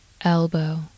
Elbow